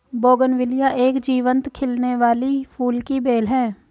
bougainvillea एक जीवंत खिलने वाली फूल की बेल है